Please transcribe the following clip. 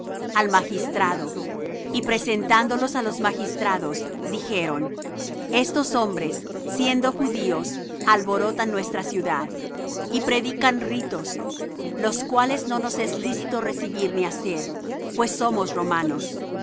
al magistrado y presentándolos á los magistrados dijeron estos hombres siendo judíos alborotan nuestra ciudad y predican ritos los cuales no nos es lícito recibir ni hacer pues somos romanos